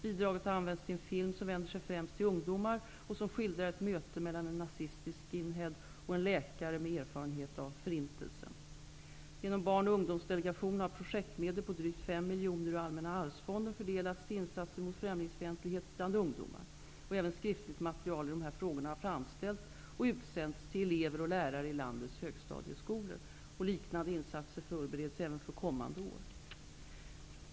Bidraget har använts till en film som vänder sig främst till ungdomar och som skildrar ett möte mellan en nazistisk skinhead och en läkare med erfarenheter av Förintelsen. Allmänna arvsfonden fördelats till insatser mot främlingsfientlighet bland ungdomar. Även skriftligt material i dessa frågor har framställts och utsänts till elever och lärare i landets högstadieskolor. Liknande insatser förbereds även för kommande år.